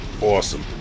Awesome